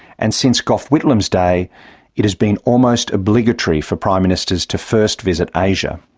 and since gough whitlam's day it has been almost obligatory for prime ministers to first visit asia.